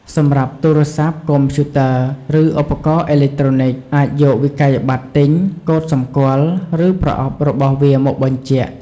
សម្រាប់ទូរស័ព្ទ កុំព្យូទ័រ ឬឧបករណ៍អេឡិចត្រូនិច អាចយកវិក្កយបត្រទិញ កូដសម្គាល់ ឬប្រអប់របស់វាមកបញ្ជាក់។